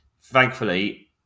Thankfully